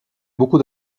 beaucoup